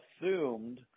assumed